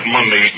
Monday